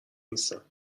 نیستم